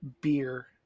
beer